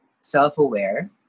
self-aware